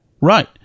Right